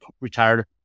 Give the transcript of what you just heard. retired